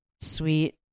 sweet